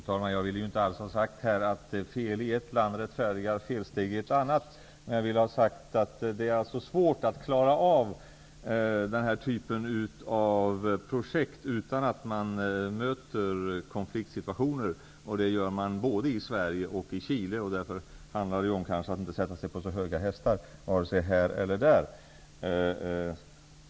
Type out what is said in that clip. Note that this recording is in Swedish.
Fru talman! Jag vill inte alls ha sagt att fel i ett land rättfärdigar felsteg i ett annat. Men jag vill ha sagt att det är svårt att klara av den här typen av projekt utan att man möter konfliktsituationer. Det gör man både i Sverige och i Chile. Därför handlar det kanske om att inte sätta sig på så höga hästar vare sig här eller där.